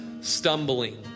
stumbling